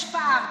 פער,